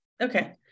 Okay